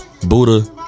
Buddha